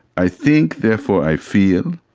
i think therefore i feel,